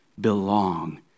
belong